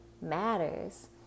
matters